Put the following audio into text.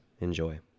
Enjoy